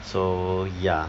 so ya